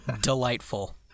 Delightful